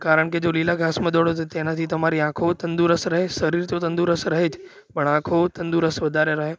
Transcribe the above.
કારણ કે જો લીલા ઘાસમાં દોડો તો તેનાથી તમારી આંખો તંદુરસ્ત રહે શરીર તો તંદુરસ્ત રહેજ પણ આંખો તંદુરસ્ત વધારે રહે